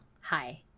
hi